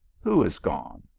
who is gone!